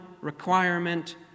requirement